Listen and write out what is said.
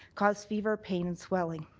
cause fever, pain and swelling.